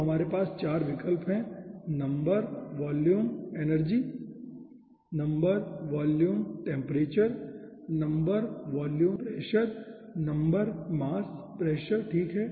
तो हमारे पास 4 विकल्प हैं number volume energy number volume temperature number volume pressure और नंबर मास प्रेशर ठीक है